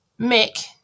Mick